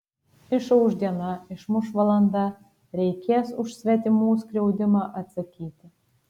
išauš diena išmuš valanda reikės už svetimų skriaudimą atsakyti